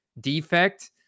defect